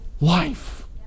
life